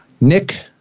Nick